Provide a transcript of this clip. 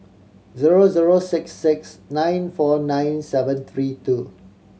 zero zero six six nine four nine seven three two